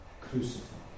crucified